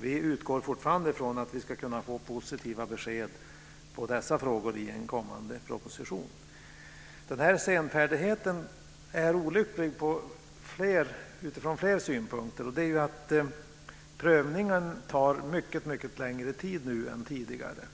Vi utgår fortfarande från att vi när det gäller dessa frågor ska kunna få positiva besked i en kommande proposition. Senfärdigheten är olycklig ur flera synpunkter. Prövningen tar mycket längre tid nu än tidigare.